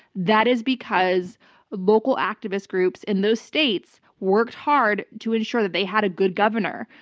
that is because local activist groups in those states worked hard to ensure that they had a good governor.